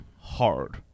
hard